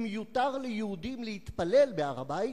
אם יותר ליהודים להתפלל בהר-הבית,